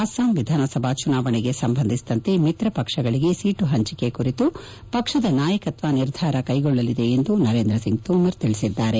ಅಸ್ಸಾಂ ವಿಧಾನಸಭಾ ಚುನಾವಣೆಗೆ ಸಂಬಂಧಿಸಿದಂತೆ ಮಿತ್ರಪಕ್ಷಗಳಿಗೆ ಸೀಟು ಹಂಚಿಕೆ ಕುರಿತು ಪಕ್ಷದ ನಾಯಕತ್ತ ನಿರ್ಧಾರ ತೆಗೆದುಕೊಳ್ಲಲಿದೆ ಎಂದು ನರೇಂದ್ರ ಸಿಂಗ್ ತೋಮರ್ ತಿಳಿಸಿದ್ದಾರೆ